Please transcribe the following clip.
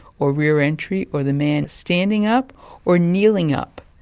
or rear entry, or the man standing up or kneeling up,